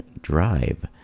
drive